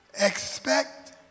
expect